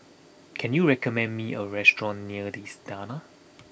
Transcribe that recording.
can you recommend me a restaurant near The Istana